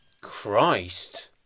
Christ